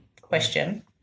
question